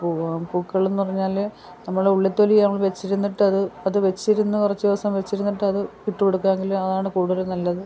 പൂക്കളെന്ന് പറഞ്ഞാൽ നമ്മുടെ ഉള്ളിത്തൊലി നമ്മൾ വെച്ചിരിന്നിട്ടത് അത് വെച്ചിരുന്ന് കുറച്ച് ദിവസം വെച്ചിരുന്നിട്ടത് ഇട്ടുകൊടുക്കാങ്കിൽ അതാണ് കൂടുതൽ നല്ലത്